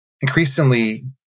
increasingly